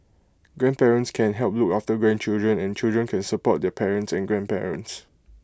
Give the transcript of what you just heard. grandparents can help look after grandchildren and children can support their parents and grandparents